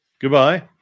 goodbye